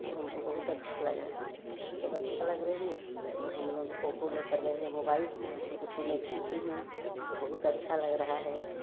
तो हमको बहुत अच्छा लग रहा है जब अच्छा लग रहे हैं तो हम लोग फोटु लेकर गए हैं वह मोबाईल उसी में खींचे हैं तो बहुत अच्छा लग रहा है